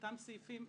אותם סעיפים.